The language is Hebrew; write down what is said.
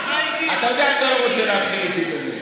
אתה יודע שאתה לא רוצה להתחיל איתי בזה.